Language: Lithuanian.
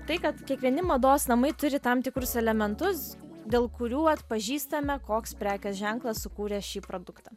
tai kad kiekvieni mados namai turi tam tikrus elementus dėl kurių atpažįstame koks prekės ženklas sukūrė šį produktą